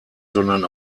sondern